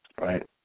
Right